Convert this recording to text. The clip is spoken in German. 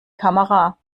kamera